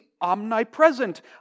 omnipresent